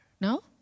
No